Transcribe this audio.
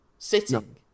sitting